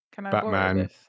Batman